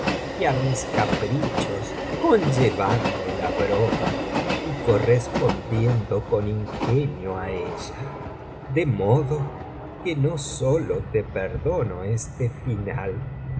á mis caprichos conllevando la broma y correspondiendo con ingenio á ella de modo que no sólo te perdono este final